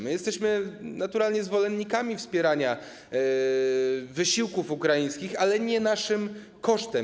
My jesteśmy naturalnie zwolennikami wspierania wysiłków ukraińskich, ale nie naszym kosztem.